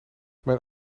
mijn